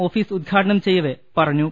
office ഉദ്ഘാ ടന ചെയ്യവേ പറഞ്ഞു